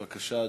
בבקשה,